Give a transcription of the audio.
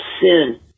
sin